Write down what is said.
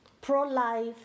pro-life